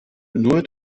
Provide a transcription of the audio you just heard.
nur